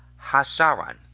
Hasharan